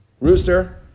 rooster